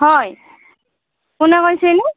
হয় কোনে কৈছেনো